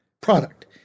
product